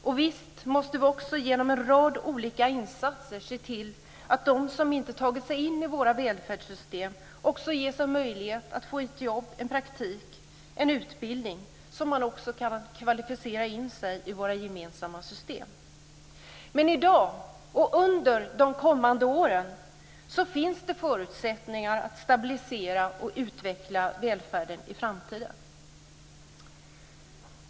Och visst måste vi genom en rad olika insatser se till att de som inte tagit sig in i våra välfärdssystem ges en möjlighet att få ett jobb, en praktik, en utbildning, så att de också kan kvalificera in sig i våra gemensamma system. I dag och under de kommande åren finns det förutsättningar att stabilisera och utveckla välfärden i framtiden.